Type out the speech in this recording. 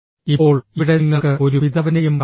ഇപ്പോൾ ഇവിടെ നിങ്ങൾക്ക് ഒരു പിതാവിനെയും കാണാം